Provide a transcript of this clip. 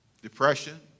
Depression